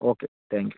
okay thank you